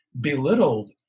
belittled